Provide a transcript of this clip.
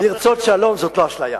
לרצות שלום זו לא אשליה.